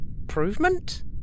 Improvement